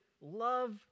love